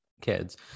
kids